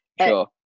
Sure